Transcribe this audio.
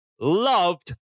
loved